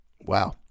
Wow